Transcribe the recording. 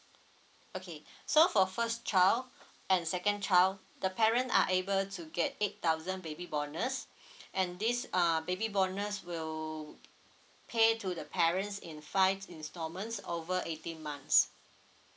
okay so for first child and second child the parent are able to get eight thousand baby bonus and this uh baby bonus will pay to the parents in five installments over eighteen months